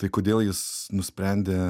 tai kodėl jis nusprendė